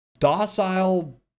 docile